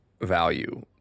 value